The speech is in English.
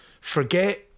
Forget